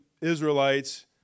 Israelites